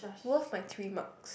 worth my three marks